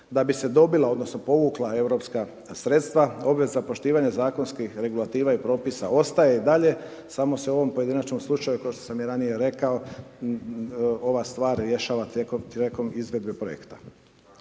Da bi se dobila odnosno povukla europska sredstva obveza poštivanja zakonskih regulativa i propisa ostaje i dalje, samo se u ovom pojedinačnom slučaju, kao što sam i ranije rekao, ova stvar rješava tijekom izvedbe projekta.